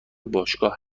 باشگاه